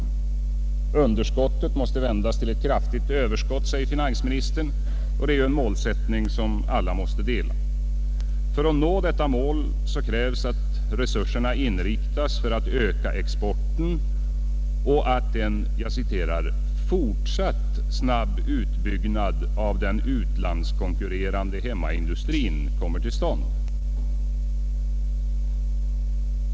Underskottet i handelsbalansen måste vändas till ett kraftigt överskott säger finansministern, och det är ju en målsättning som alla måste dela. För att vi skall kunna nå detta mål krävs att resurserna inriktas på att öka exporten och att en ”fortsatt snabb utbyggnad av den utlandskonkurrerande hemmaindustrin kommer till stånd”.